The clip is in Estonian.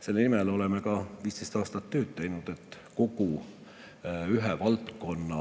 Selle nimel oleme ka 15 aastat tööd teinud, et kogu ühe valdkonna